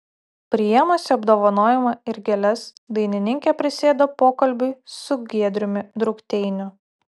priėmusi apdovanojimą ir gėles dainininkė prisėdo pokalbiui su giedriumi drukteiniu